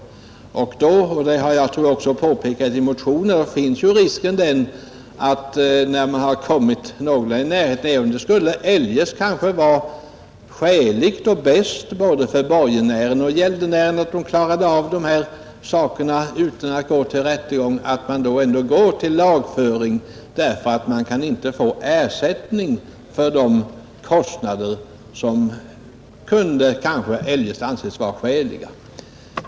Då uppstår risken — det har jag också påpekat i motionen — att man, även om det eljest kanske skulle vara skäligt och bäst för både borgenären och gäldenären att klara upp sitt mellanhavande utan att gå till rättegång, ändå går till lagföring, därför att man inte kan få ersättning för de kostnader, som eljest kunde anses vara skäliga.